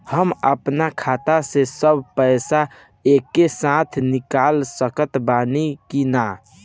हम आपन खाता से सब पैसा एके साथे निकाल सकत बानी की ना?